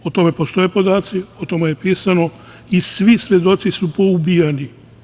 O tome postoje podaci, o tome je pisano i svi svedoci su poubijani.